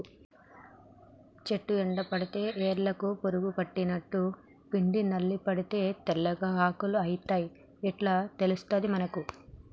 చెట్టు ఎండిపోతే వేర్లకు పురుగు పట్టినట్టు, పిండి నల్లి పడితే తెల్లగా ఆకులు అయితయ్ ఇట్లా తెలుస్తది మనకు